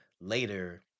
later